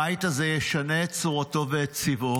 הבית הזה ישנה את צורתו ואת צבעו